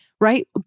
right